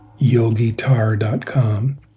yogitar.com